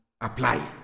apply